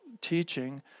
teaching